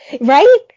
right